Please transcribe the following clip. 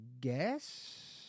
guess